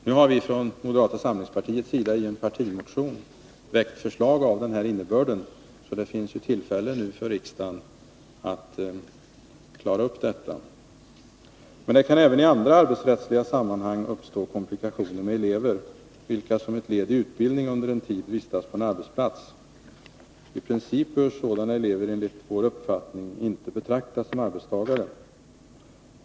Nu har vi från moderata samlingspartiets sida i en partimotion väckt förslag av den här innebörden, varför det blir tillfälle för riksdagen att klara upp detta. Men det kan även i andra arbetsrättsliga sammanhang uppstå komplikationer med elever, vilka som ett led i utbildningen under en tid vistas på en arbetsplats. I princip bör sådana elever enligt vår uppfattning inte betraktas som arbetstagare.